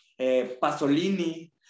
Pasolini